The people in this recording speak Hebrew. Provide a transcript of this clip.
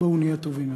בואו נהיה טובים יותר.